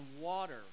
water